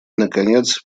наконец